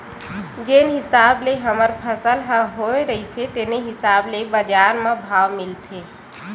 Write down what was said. जेन हिसाब ले हमर फसल ह होए रहिथे तेने हिसाब ले बजार म भाव मिलथे